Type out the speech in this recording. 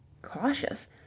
Cautious